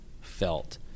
felt